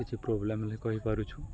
କିଛି ପ୍ରୋବ୍ଲେମ୍ ହେଲେ କହିପାରୁଛୁ